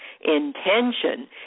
intention